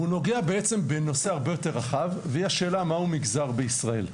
והוא נוגע בנושא הרבה יותר רחב: השאלה "מה הוא מגזר בישראל".